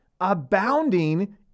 abounding